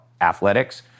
athletics